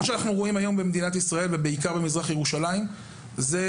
מה שרואים היום במדינת ישראל בכלל ובמזרח ירושלים בפרט,